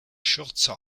schürze